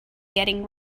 getting